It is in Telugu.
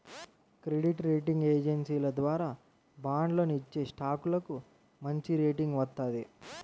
క్రెడిట్ రేటింగ్ ఏజెన్సీల ద్వారా బాండ్లను ఇచ్చేస్టాక్లకు మంచిరేటింగ్ వత్తది